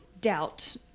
doubt